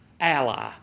ally